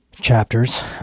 chapters